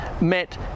met